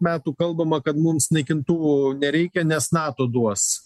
metų kalbama kad mums naikintuvų nereikia nes nato duos